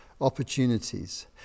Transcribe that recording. Opportunities